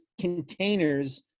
containers